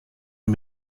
ihn